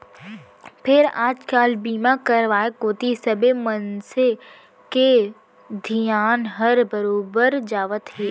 फेर आज काल बीमा करवाय कोती सबे मनसे के धियान हर बरोबर जावत हे